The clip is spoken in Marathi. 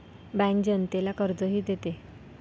बँक जनतेला कर्जही देते